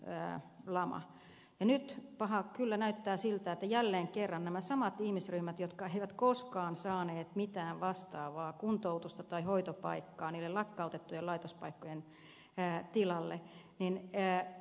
ja nyt paha kyllä näyttää siltä että jälleen kerran saavat nämä samat ihmisryhmät kärsiä jotka eivät koskaan saaneet mitään vastaavaa kuntoutusta tai hoitopaikkaa niiden lakkautettujen laitospaikkojen tilalle